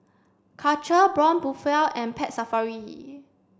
Karcher Braun Buffel and Pet Safari